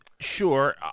Sure